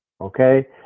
Okay